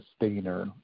sustainer